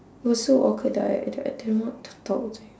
it was so awkward that I that I didn't know what to talk also